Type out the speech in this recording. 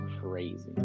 crazy